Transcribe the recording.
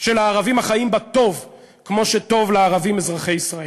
שלערבים החיים בה טוב כמו שטוב לערבים אזרחי ישראל.